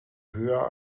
höher